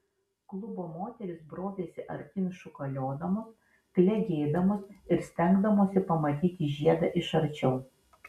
klubo moterys brovėsi artyn šūkalodamos klegėdamos ir stengdamosi pamatyti žiedą iš arčiau